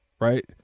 Right